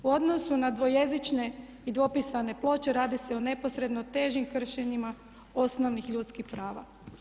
U odnosu na dvojezične i dvopisane ploče radi se o neposredno težim kršenjima osnovnih ljudskih prava.